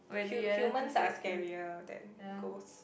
hu~ humans are scarier than ghost